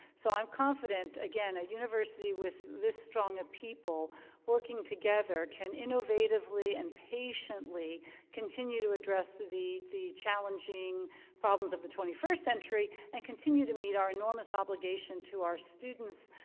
so i'm confident, again, a university this strong a people working together can innovatively and patiently continue to address the the challenging problems of the twenty first century, and continue to meet our enormous obligation to our students,